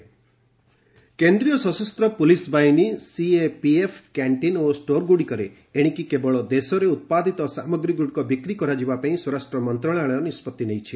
HM CAPF canteen କେନ୍ଦ୍ରୀୟ ସଶସ୍ତ police ବାହିନୀ ସିଏପିଏଫ୍ କ୍ୟାଣ୍ଟିନ୍ ଓ ଷ୍ଟୋର୍ଗୁଡ଼ିକରେ ଏଣିକି କେବଳ ଦେଶରେ ଉତ୍ପାଦିତ ସାମଗ୍ରୀଗୁଡ଼ିକ ବିକ୍ରି କରାଯିବା ପାଇଁ ସ୍ୱରାଷ୍ଟ୍ର ମନ୍ତ୍ରଣାଳୟ ନିଷ୍କଭି ନେଇଛି